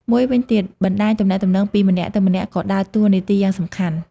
មួយវិញទៀត បណ្ដាញទំនាក់ទំនងពីម្នាក់ទៅម្នាក់ក៏ដើរតួនាទីយ៉ាងសំខាន់។